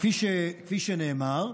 כפי שנאמר,